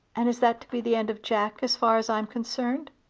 and is that to be the end of jack as far as i'm concerned?